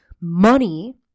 Money